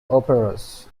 operas